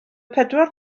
pedwar